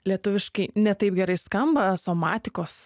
lietuviškai ne taip gerai skamba somatikos